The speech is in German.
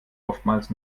oftmals